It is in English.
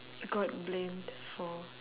got blamed for